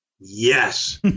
yes